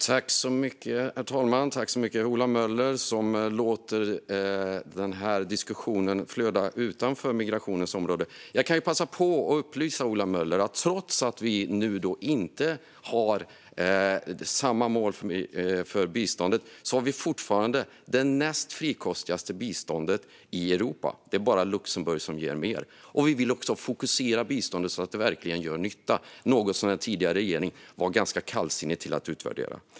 Herr talman! Jag tackar Ola Möller, som låter diskussionen flöda utanför migrationens område. Jag kan passa på att upplysa Ola Möller om att trots att våra partier inte har samma mål för biståndet har Sverige fortfarande det näst frikostigaste biståndet i Europa. Det är bara Luxemburg som ger mer. Vi vill även fokusera biståndet så att det verkligen gör nytta, något som den tidigare regeringen var ganska kallsinnig till att utvärdera.